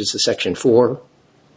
is a section for